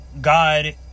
God